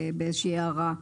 לא נתקלנו באיזושהי הערה.